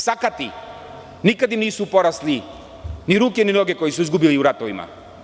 Sakati, nikada im nisu porasle ni ruke ni noge koje su izgubili u ratovima.